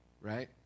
right